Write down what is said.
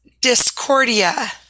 Discordia